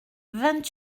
vingt